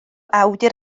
awdur